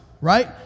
right